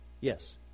Yes